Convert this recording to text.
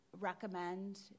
recommend